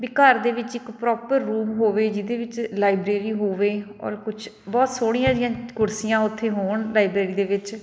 ਵੀ ਘਰ ਦੇ ਵਿੱਚ ਇੱਕ ਪ੍ਰੋਪਰ ਰੂਮ ਹੋਵੇ ਜਿਹਦੇ ਵਿੱਚ ਲਾਈਬ੍ਰੇਰੀ ਹੋਵੇ ਔਰ ਕੁਛ ਬਹੁਤ ਸੋਹਣੀਆਂ ਜਿਹੀਆਂ ਕੁਰਸੀਆਂ ਉੱਥੇ ਹੋਣ ਲਾਈਬ੍ਰੇਰੀ ਦੇ ਵਿੱਚ